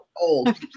old